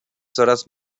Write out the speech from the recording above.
coraz